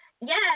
yes